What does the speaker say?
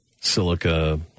silica